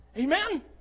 Amen